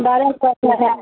बारह सौ का है